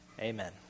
Amen